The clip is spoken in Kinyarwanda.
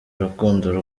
urukundo